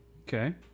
Okay